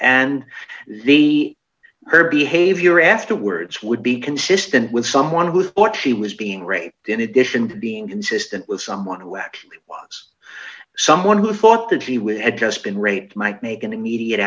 and the her behavior afterwards would be consistent with someone who thought she was being raped in addition to being consistent with someone who actually was someone who thought that he would had just been raped might make an immediate